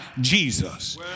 Jesus